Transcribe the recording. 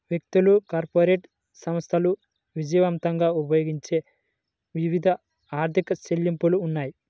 వ్యక్తులు, కార్పొరేట్ సంస్థలు విజయవంతంగా ఉపయోగించే వివిధ ఆర్థిక చెల్లింపులు ఉన్నాయి